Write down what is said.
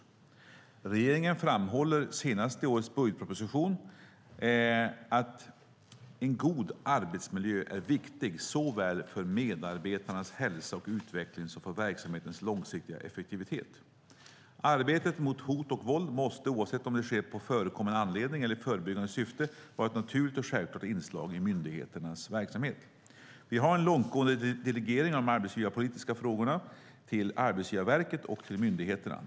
Regeringen framhåller senast i årets budgetproposition att en god arbetsmiljö är viktig såväl för medarbetarnas hälsa och utveckling som för verksamhetens långsiktiga effektivitet. Arbetet mot hot och våld måste, oavsett om det sker på förekommen anledning eller i förebyggande syfte, vara ett naturligt och självklart inslag i myndigheternas verksamhet. Vi har en långtgående delegering av de arbetsgivarpolitiska frågorna till Arbetsgivarverket och till myndigheterna.